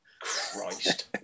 Christ